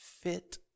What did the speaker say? fit